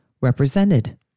represented